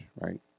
right